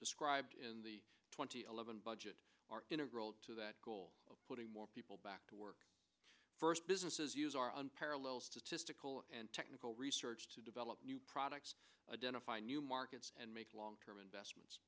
described in the twenty eleven budget are integral to that goal of putting more people back to work first businesses use our unparalleled statistical and technical research to develop new products identify new markets and make long term investments